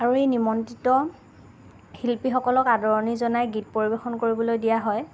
আৰু এই নিমন্ত্ৰিত শিল্পীসকলক আদৰণি জনাই গীত পৰিবেশন কৰিবলৈ দিয়া হয়